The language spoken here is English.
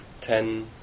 ten